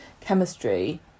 chemistry